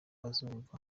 uzumva